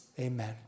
amen